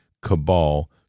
cabal